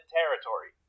territory